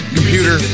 computer